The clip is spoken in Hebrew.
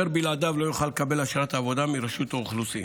ובלעדיו לא יוכל לקבל אשרת עבודה מרשות האוכלוסין.